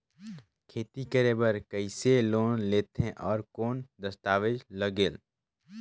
खेती करे बर कइसे लोन लेथे और कौन दस्तावेज लगेल?